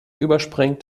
überspringt